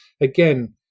again